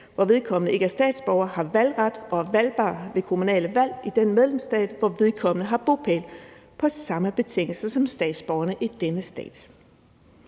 hvor vedkommende ikke er statsborger, har valgret og er valgbar ved kommunale valg i den medlemsstat, hvor vedkommende har bopæl, på samme betingelser som statsborgerne i denne stat.